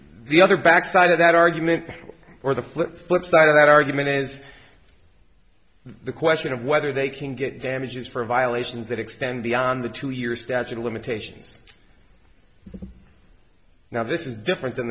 he other back side of that argument or the flip flip side of that argument is the question of whether they can get damages for violations that extend beyond the two year statute of limitations now this is different than